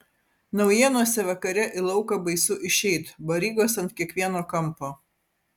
naujėnuose vakare į lauką baisu išeit barygos ant kiekvieno kampo